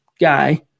guy